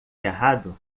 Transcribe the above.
errado